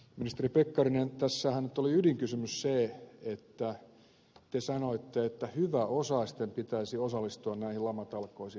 ministeri pekkarinen tässähän nyt oli ydinkysymys se että te sanoitte että hyväosaisten pitäisi osallistua näihin lamatalkoisiin